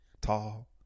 Tall